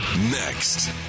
next